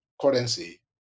currency